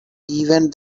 even